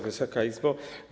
Wysoka Izbo!